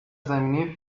زمینه